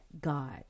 God